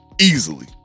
Easily